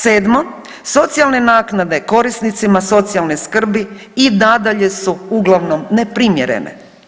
Sedmo, socijalne naknade korisnicima socijalne skrbi i nadalje su uglavnom neprimjerene.